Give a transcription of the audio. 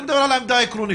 אני מדבר על העמדה העקרונית.